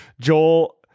Joel